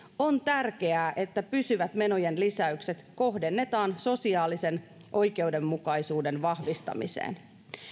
on tärkeää että pysyvät menojen lisäykset kohdennetaan sosiaalisen oikeudenmukaisuuden vahvistamiseen